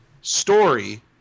story